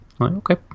okay